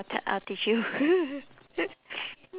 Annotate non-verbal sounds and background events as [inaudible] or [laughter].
I'll t~ I'll teach you [noise]